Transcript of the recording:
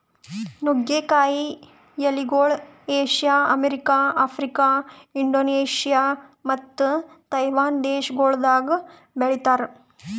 ನುಗ್ಗೆ ಕಾಯಿ ಎಲಿಗೊಳ್ ಏಷ್ಯಾ, ಅಮೆರಿಕ, ಆಫ್ರಿಕಾ, ಇಂಡೋನೇಷ್ಯಾ ಮತ್ತ ತೈವಾನ್ ದೇಶಗೊಳ್ದಾಗ್ ಬೆಳಿತಾರ್